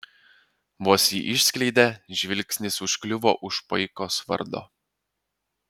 vos jį išskleidė žvilgsnis užkliuvo už paikos vardo